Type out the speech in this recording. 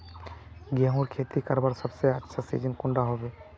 गेहूँर खेती करवार सबसे अच्छा सिजिन कुंडा होबे?